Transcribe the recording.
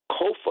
Kofa